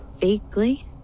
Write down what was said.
Vaguely